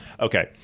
Okay